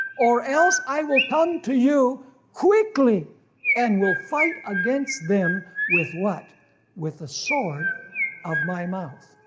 or else i will come to you quickly and will fight against them with what with the sword of my mouth.